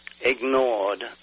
ignored